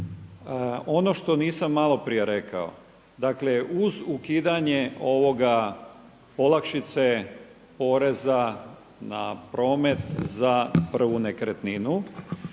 Ono što nisam malo prije rekao, dakle uz okidanje ovoga, olakšice, poreza na promet za prvu nekretninu